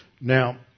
Now